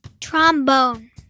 Trombone